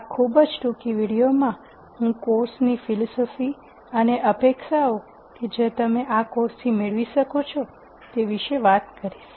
આ ખૂબ જ ટૂંકી વિડિઓમાં હું કોર્સ ફિલસૂફી અને અપેક્ષાઓ કે જે તમે આ કોર્સથી મેળવી શકો છો તે વિશે વાત કરીશ